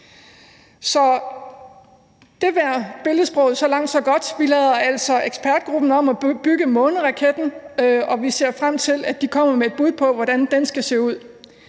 lad det være billedsproget indtil videre. Vi lader altså ekspertgruppen om at bygge måneraketten, og vi ser frem til, at de kommer med et bud på, hvordan den skal se ud.